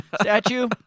statue